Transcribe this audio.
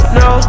no